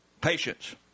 Patience